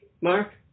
Mark